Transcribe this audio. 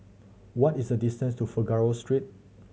what is the distance to Figaro Street